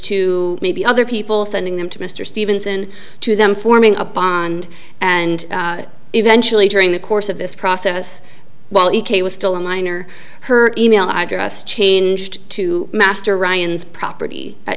to maybe other people sending them to mr stevenson to them forming a bond and eventually during the course of this process while ek was still a minor her email address changed to master ryan's property at